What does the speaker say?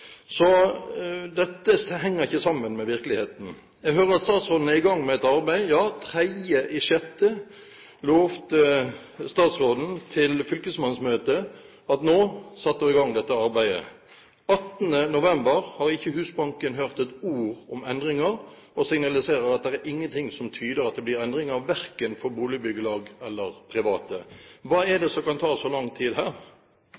Så dette henger ikke sammen med virkeligheten. Jeg hører statsråden er i gang med et arbeid. Ja – den 3. juni lovte statsråden på fylkesmannsmøtet at nå satte hun i gang dette arbeidet. Den 18. november har ikke Husbanken hørt et ord om endringer og signaliserer at det er ingenting som tyder på at det blir endringer, verken for boligbyggelag eller for private. Hva er